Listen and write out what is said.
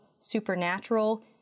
supernatural